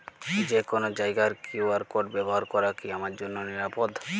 যে কোনো জায়গার কিউ.আর কোড ব্যবহার করা কি আমার জন্য নিরাপদ?